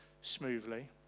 smoothly